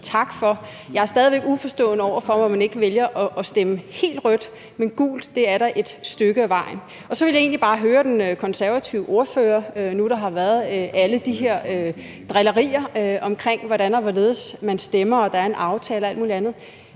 tak for. Jeg er stadig væk uforstående over for, at man ikke vælger at stemme rødt, men gult er da et stykke ad vejen. Så vil jeg egentlig bare høre den konservative ordfører nu, hvor der har været alle de her drillerier om, hvordan og hvorledes man stemmer, at der er en aftale og alt mulig andet,